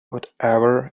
whatever